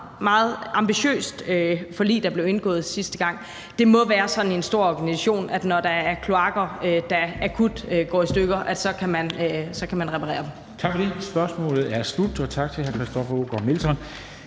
meget ambitiøst forlig, der blev indgået sidste gang. Det må være sådan i en stor organisation, at når der er kloakker, der akut går i stykker, så kan man reparere dem. Kl. 15:37 Formanden (Henrik Dam Kristensen): Tak for